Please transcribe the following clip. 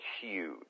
huge